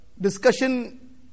discussion